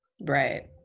Right